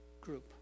group